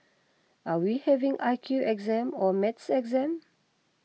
are we having I Q exam or maths exam